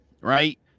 right